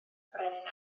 brenin